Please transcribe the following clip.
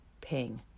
ping